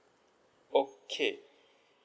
okay